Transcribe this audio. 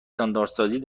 اندازهگیری